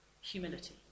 humility